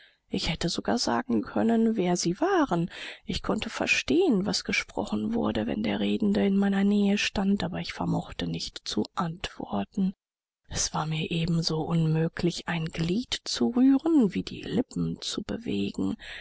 ich hätte sogar sagen können wer sie waren ich konnte verstehen was gesprochen wurde wenn der redende in meiner nähe stand aber ich vermochte nicht zu antworten es war mir ebenso unmöglich ein glied zu rühren wie die lippen zu bewegen